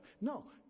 No